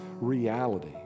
reality